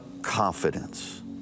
confidence